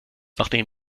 nachdem